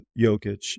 Jokic